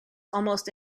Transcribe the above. almost